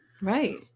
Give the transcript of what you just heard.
right